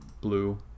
blue